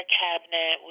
cabinet